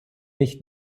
nicht